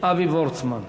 אבי וורצמן.